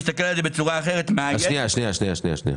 אתה